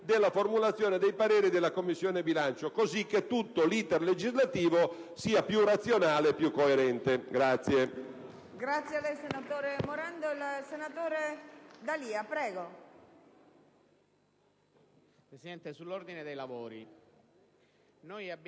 della formulazione dei pareri della Commissione bilancio, in modo che tutto l'*iter* legislativo sia più razionale e coerente.